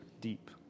deep